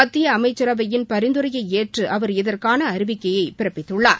மத்திய அமைச்சரவையின் பரிந்துரையை ஏற்று அவர் இதற்கான அறிவிக்கையை பிறப்பித்துள்ளார்